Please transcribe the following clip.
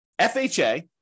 FHA